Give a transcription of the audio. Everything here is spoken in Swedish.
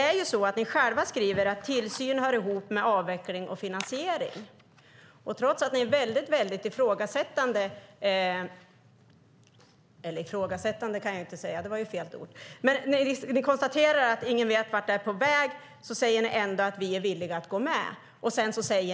Majoriteten skriver att tillsyn hör ihop med avveckling och finansiering. Trots att ni, Peder Wachtmeister, konstaterar att ingen vet vart det är på väg säger ni att ni ändå är villiga att gå med.